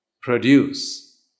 produce